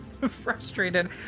Frustrated